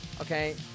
Okay